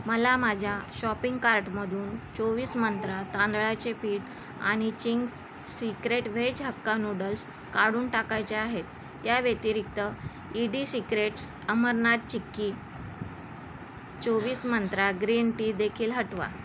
मला माझ्या शॉपिंग कार्टमधून चोवीस मंत्रा तांदळाचे पीठ आणि Ching's secret veg hakka noodles काढून टाकायच्या आहेत या व्यतिरिक्त E D secrets Amarnath chikki चोवीस मंत्रा ग्रीन टी देखील हटवा